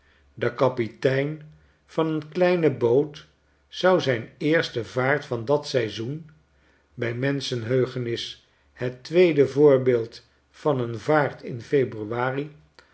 de kapitein van een kleine boot zou zijn eerste vaart van dat seizoen bij menschengeheugenis het tweede voorbeeld van een vaart in februari